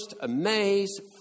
amazed